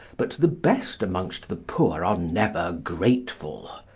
but the best amongst the poor are never grateful.